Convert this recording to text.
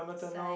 side